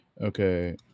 Okay